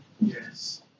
yes